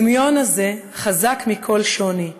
הדמיון הזה חזק מכל שוני.